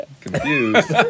Confused